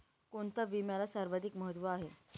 कोणता विम्याला सर्वाधिक महत्व आहे?